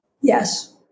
Yes